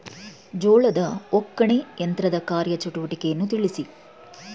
ಜೋಳದ ಒಕ್ಕಣೆ ಯಂತ್ರದ ಕಾರ್ಯ ಚಟುವಟಿಕೆಯನ್ನು ತಿಳಿಸಿ?